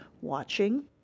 watching